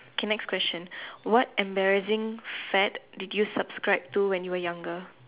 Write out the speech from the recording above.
okay next question what embarrassing fad did you subscribe to when you were younger